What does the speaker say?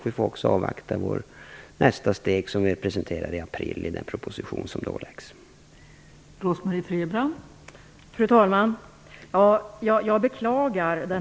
Vi får också avvakta nästa steg som vi presenterar i april i den proposition som då läggs fram.